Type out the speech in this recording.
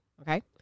Okay